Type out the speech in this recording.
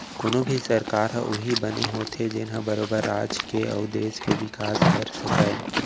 कोनो भी सरकार उही बने होथे जेनहा बरोबर राज के अउ देस के बिकास कर सकय